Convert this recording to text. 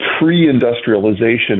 pre-industrialization